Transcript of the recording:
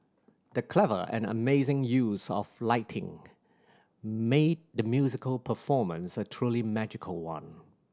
the clever and amazing use of lighting made the musical performance a truly magical one